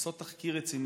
לעשות תחקיר רציני,